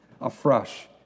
afresh